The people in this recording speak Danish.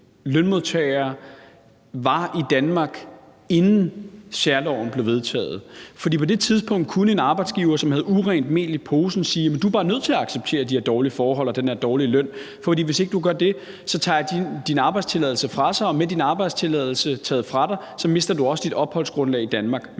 lønmodtagere var det i Danmark, inden særloven blev vedtaget. For på det tidspunkt kunne en arbejdsgiver, som havde urent mel i posen, sige: Du er bare nødt til at acceptere de her dårlige forhold og den her dårlige løn, for hvis ikke du gør det, tager jeg din arbejdstilladelse fra dig, og med din arbejdstilladelse taget fra dig mister du også dit opholdsgrundlag i Danmark.